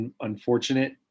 unfortunate